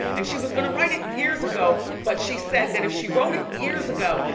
and she was gonna write it years ago but she said that if she wrote it years ago,